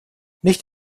nicht